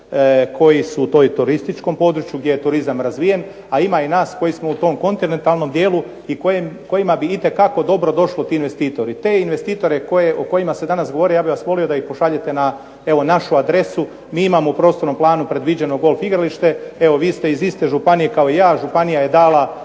koji su u tom turističkom području gdje je turizam razvijen, a ima i nas koji smo u tom kontinentalnom dijelu i kojima bi itekako dobro došli ti investitori. Te investitore o kojima se danas govori ja bih vas molio da ih pošaljete evo na našu adresu. Mi imamo u prostornom planu predviđeno golf igralište. Evo vi ste iz iste županije kao i ja. Županija je dala